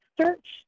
search